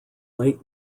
late